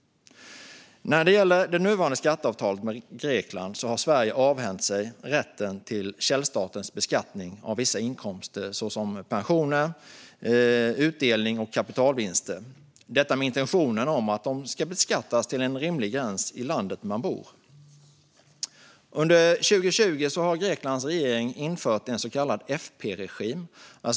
När det gäller det nuvarande skatteavtalet med Grekland har Sverige avhänt sig rätten till källstatens beskattning av vissa inkomster såsom pensioner, utdelning och kapitalvinster. Intentionen är att de ska beskattas upp till en rimlig gräns i det land där man bor. Under 2020 har Greklands regering infört en så kallad FP-regim.